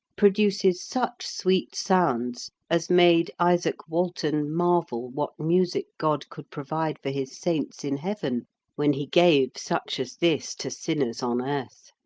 produces such sweet sounds as made izaak walton marvel what music god could provide for his saints in heaven when he gave such as this to sinners on earth.